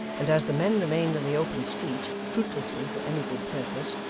and as the men remained in the open street, fruitlessly for any good purpose,